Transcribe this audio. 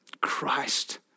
Christ